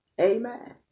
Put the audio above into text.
Amen